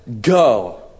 go